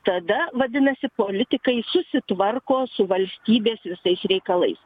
tada vadinasi politikai susitvarko su valstybės visais reikalais